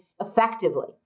effectively